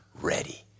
ready